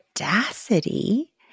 audacity